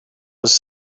was